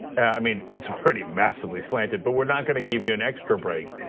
i mean, it's already massively slanted, but we're not going to give you an extra break.